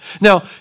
Now